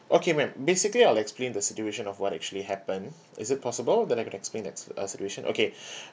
okay ma'am basically I'd like to explain the situation of what actually happened is it possible that I get to explain that uh situation okay